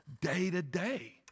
day-to-day